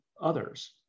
others